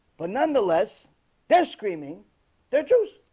but nonetheless they're screaming they're jews.